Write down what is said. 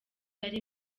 yari